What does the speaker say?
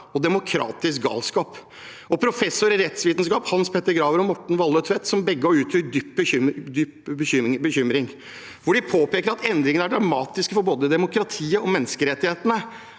demokratisk galskap. Professorene i rettsvitenskap Hans Petter Graver og Morten Walløe Tvedt har begge også uttrykt dyp bekymring, og de påpeker at endringen er dramatisk både for demokratiet og menneskerettighetene.